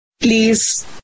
please